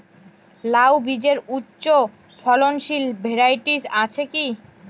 লাউ বীজের উচ্চ ফলনশীল ভ্যারাইটি আছে কী?